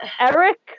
Eric